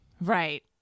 Right